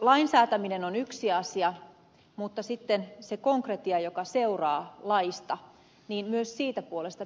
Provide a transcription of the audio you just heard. lain säätäminen on yksi asia mutta sitten myös siitä konkretiasta joka seuraa laista